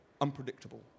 unpredictable